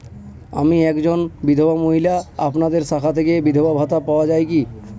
আমি একজন বিধবা মহিলা আপনাদের শাখা থেকে বিধবা ভাতা পাওয়া যায় কি?